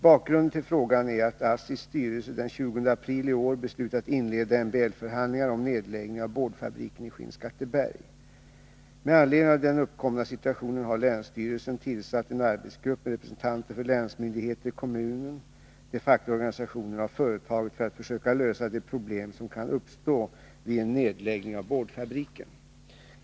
Bakgrunden till frågan är att ASSI:s styrelse den 20 april i år beslutat inleda MBL-förhandlingar om nedläggning av boardfabriken i Skinnskatteberg. Med anledning av den uppkomna situationen har länsstyrelsen tillsatt en arbetsgrupp med representanter för länsmyndigheter, kommunen, de fackliga organisationerna och företaget för att försöka lösa de problem som kan uppstå vid en nedläggning av boardfabriken.